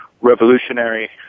revolutionary